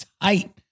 tight